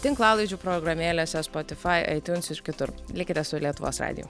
tinklalaidžių programėlėse spotifai aitiuns ir kitur likite su lietuvos radiju